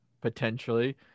potentially